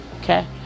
okay